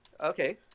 Okay